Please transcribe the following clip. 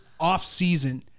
offseason